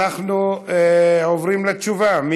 אנחנו עוברים לתשובה.